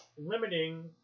limiting